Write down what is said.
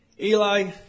Eli